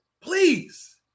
Please